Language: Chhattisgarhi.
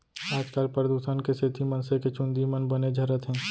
आजकाल परदूसन के सेती मनसे के चूंदी मन बने झरत हें